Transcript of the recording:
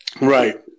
Right